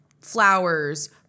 flowers